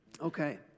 Okay